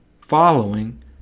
following